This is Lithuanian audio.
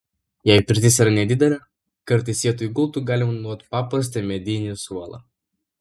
jei pirtis yra nedidelė kartais vietoj gultų galima naudoti paprastą medinį suolą